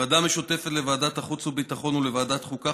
ועדה משותפת לוועדת החוץ והביטחון ולוועדת החוקה,